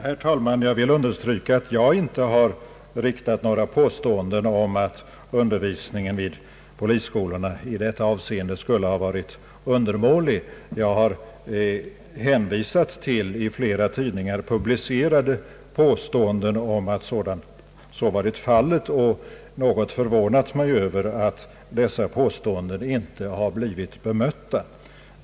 Herr talman! Jag vill understryka att jag inte har gjort några nåståenden om att undervisningen vid polisskolorna i detta avseende skulle vara undermålig. Jag har hänvisat till i ett flertal tidningar publicerade påståenden att så varit fallet och något förvånat mig över att dessa påståenden inte blivit bemötta.